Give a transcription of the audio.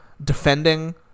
defending